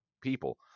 people